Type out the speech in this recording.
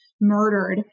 murdered